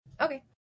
okay